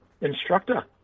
instructor